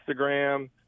Instagram